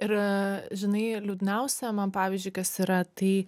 ir žinai liūdniausia man pavyzdžiui kas yra tai